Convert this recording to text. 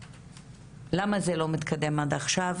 למה זה לא מתקדם עד עכשיו?